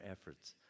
efforts